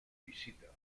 visita